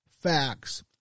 facts